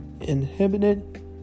inhibited